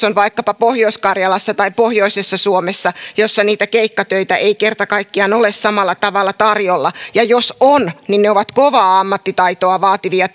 on vaikkapa pohjois karjalassa tai pohjoisessa suomessa jossa niitä keikkatöitä ei kerta kaikkiaan ole samalla tavalla tarjolla ja jos on niin ne ovat kovaa ammattitaitoa vaativia